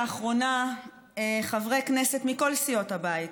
לאחרונה חברי כנסת מכל סיעות הבית,